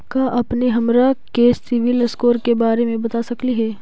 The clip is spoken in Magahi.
का अपने हमरा के सिबिल स्कोर के बारे मे बता सकली हे?